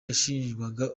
yashinjwaga